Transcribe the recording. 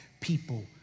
people